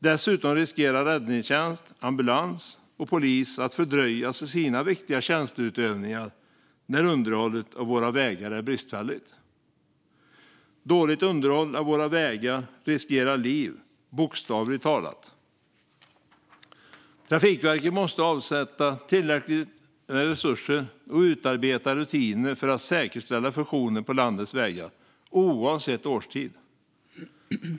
Dessutom riskerar räddningstjänst, ambulans och polis att fördröjas i sina viktiga tjänsteutövningar när underhållet av våra vägar är bristfälligt. Dåligt underhåll av våra vägar riskerar bokstavligt talat liv. Trafikverket måste avsätta tillräckliga resurser och utarbeta rutiner för att säkerställa funktionen på landets vägar, oavsett årstid.